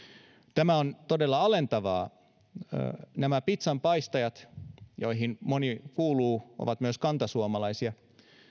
tämä on todella alentavaa nämä pitsanpaistajat joihin kuuluu myös monia kantasuomalaisia